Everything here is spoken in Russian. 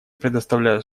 предоставляю